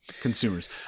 consumers